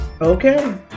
okay